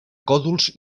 còdols